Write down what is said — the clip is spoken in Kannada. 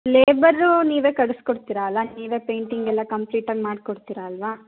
ಲೇಬರು ನೀವೆ ಕಳಿಸ್ಕೊಡ್ತೀರ ಅಲ್ಲ ನೀವೆ ಪೇಯಿಂಟಿಂಗ್ ಎಲ್ಲ ಕಂಪ್ಲೀಟಾಗಿ ಮಾಡಿಕೊಡ್ತೀರ ಅಲ್ವಾ